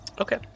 Okay